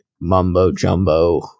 mumbo-jumbo